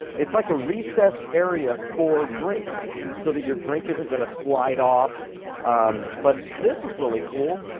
it's like a recessed area for drinks so that your drink isn't gonna slide off but this is really cool.